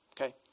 okay